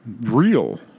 real